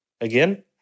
again